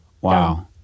Wow